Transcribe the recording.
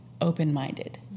open-minded